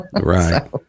right